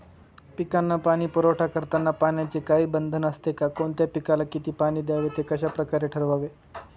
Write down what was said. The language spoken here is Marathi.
पिकांना पाणी पुरवठा करताना पाण्याचे काही बंधन असते का? कोणत्या पिकाला किती पाणी द्यावे ते कशाप्रकारे ठरवावे?